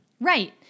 Right